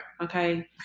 Okay